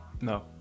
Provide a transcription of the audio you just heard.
No